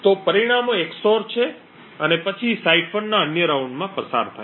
તો પરિણામો XOR છે અને પછી સાઇફરના અન્ય રાઉન્ડમાં પસાર થાય છે